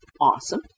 awesome